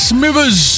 Smivers